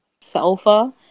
sofa